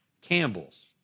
Campbell's